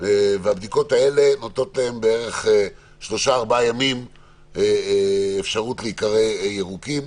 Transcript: שנותנות להם במהלך כשלושה-ארבעה ימים אפשרות להיקרא ירוקים.